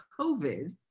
COVID